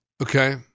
Okay